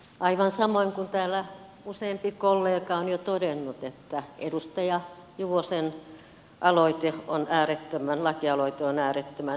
aivan samoin kuin täällä useampi kollega on jo todennut edustaja juvosen lakialoite on äärettömän hyvä